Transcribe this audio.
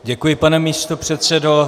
Děkuji, pane místopředsedo.